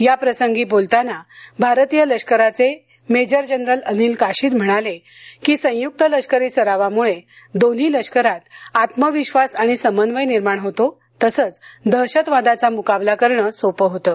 या प्रसंगी बोलताना भारतीय लष्कराचे मेजर जनरल अनिल काशीद म्हणाले की संयुक्त लष्करी सरावामुळे दोन्ही लष्करात आत्मविश्वास आणि समन्वय निर्माण होतो तसंच दहशतवादाचा मुकाबला करणं सोपं होतं